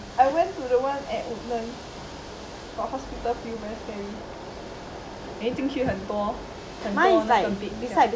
I went to the one at woodlands got hospital feel very scary then 进去很多很多那个 bed